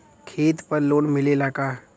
खेत पर लोन मिलेला का?